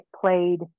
played